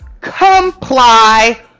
comply